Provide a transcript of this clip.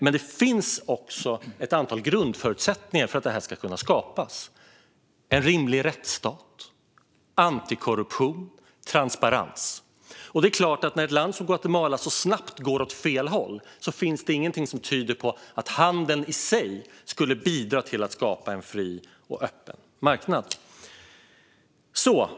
Men det finns ett antal grundförutsättningar för att detta ska kunna ske: en rimlig rättsstat, antikorruption och transparens. När ett land som Guatemala så snabbt går åt fel håll finns det inget som tyder på att handeln i sig skulle bidra till att skapa en fri och öppen marknad.